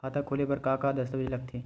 खाता खोले बर का का दस्तावेज लगथे?